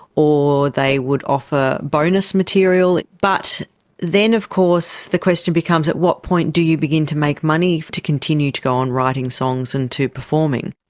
or they would offer bonus material. but then of course the question becomes at what point do you begin to make money to continue to go on writing songs and to performing.